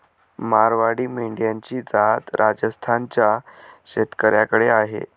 मारवाडी मेंढ्यांची जात राजस्थान च्या शेतकऱ्याकडे आहे